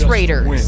Raiders